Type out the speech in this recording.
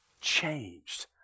changed